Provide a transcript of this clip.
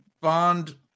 Bond